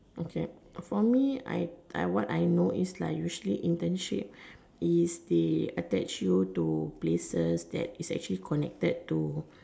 okay for me I what I know is like usually internship is the attached you to places that is actually connected to